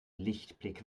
lichtblick